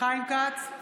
חיים כץ,